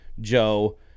Joe